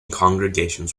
congregations